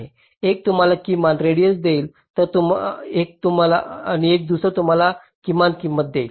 एक तुम्हाला किमान रेडिएस देईल तर तुम्हाला किमान किंमत देईल